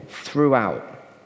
throughout